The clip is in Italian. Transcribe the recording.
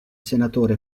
senatore